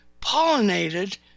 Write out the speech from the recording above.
Pollinated